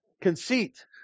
Conceit